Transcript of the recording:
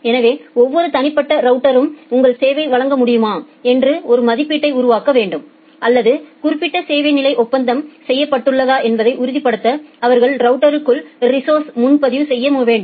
எனவே ஒவ்வொரு தனிப்பட்ட ரவுட்டரும் உங்கள் சேவையை வழங்க முடியுமா என்று ஒரு மதிப்பீட்டை உருவாக்க வேண்டும் அல்லது குறிப்பிட்ட சேவை நிலை ஒப்பந்தம் செய்யப்பட்டுள்ளதா என்பதை உறுதிப்படுத்த அவர்கள் ரவுட்டர்களுக்குள் ரிஸோஸர்ஸை முன்பதிவு செய்ய வேண்டும்